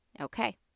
Okay